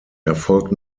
erfolgt